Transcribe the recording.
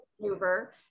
maneuver